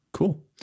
Cool